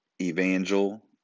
evangel